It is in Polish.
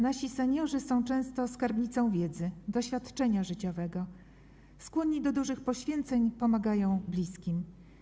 Nasi seniorzy są często skarbnicą wiedzy, doświadczenia życiowego, są skłonni do dużych poświęceń, pomagają bliskim.